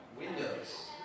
Windows